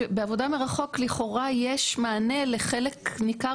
בעבודה מרחוק לכאורה יש מענה לחלק ניכר